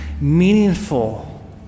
meaningful